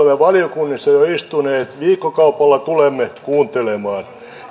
valiokunnissa jo istuneet viikkokaupalla tulemme kuuntelemaan